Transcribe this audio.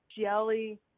jelly